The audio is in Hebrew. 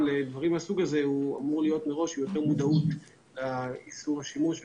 לדברים מהסוג הזה אמור להיות מראש עם יותר מודעות לאיסור השימוש.